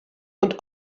und